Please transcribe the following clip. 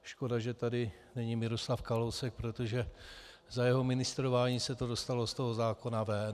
Škoda, že tady není Miroslav Kalousek, protože za jeho ministrování se to dostalo z toho zákona ven.